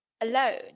alone